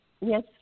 Yes